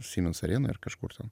siemens arenoj ar kažkur ten